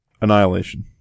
Annihilation